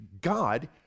God